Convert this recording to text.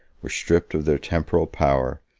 were stripped of their temporal power,